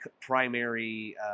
primary